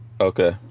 Okay